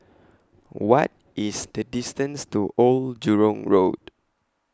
What IS The distance to Old Jurong Road